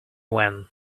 when